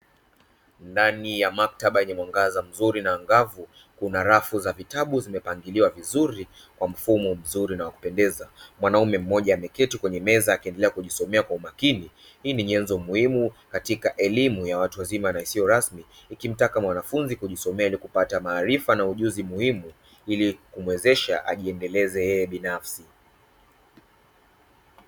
Ndani ya maktaba yenye mwangaza mzuri na angavu, kuna rafu za vitabu zimepangiliwa vizuri kwa mfumo mzuri na wa kupendeza. Mwanaume mmoja ameketi kwenye meza akiendelea kujisomea kwa umakini. Hii ni nyenzo muhimu katika elimu ya watu wazima na isiyo rasmi ikimtaka mwanafunzi kujisomea na kupata maarifa na ujuzi muhimu ili kumwezesha ajiendeleze yeye binafsi.